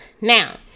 Now